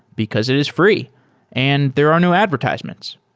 because it is free and there are no advertisements.